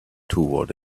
toward